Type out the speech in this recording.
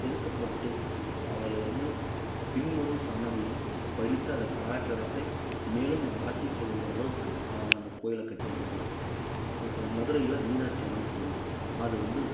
செதுக்கப்பட்டு அதை வந்து பின்வரும் சன்னதிகள் படித்து அதை கலாச்சாரத்தை மேலும் வளத்து கொள்ளும் அளவுக்கு அவங்க அந்த கோயிலை கட்டியிருக்காங்க இப்போ மதுரையில மீனாட்சி அம்மன் கோயில் அது வந்து